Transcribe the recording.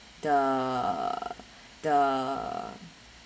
the the